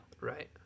Right